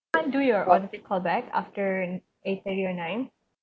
can't do your own callback after eight thirty or nine